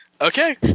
Okay